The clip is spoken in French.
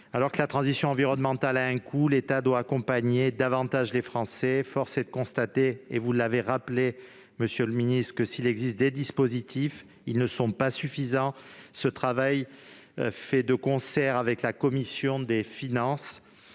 Alors que la transition environnementale a un coût, l'État doit accompagner davantage les Français. Force est de constater, et vous l'avez rappelé, monsieur le ministre, que s'il existe des dispositifs, ceux-ci ne sont pas suffisants. L'article 26 A, rédigé de concert avec la commission des finances,